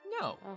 No